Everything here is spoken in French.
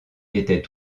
étaient